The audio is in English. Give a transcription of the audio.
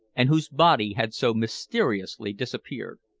and whose body had so mysteriously disappeared.